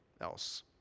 else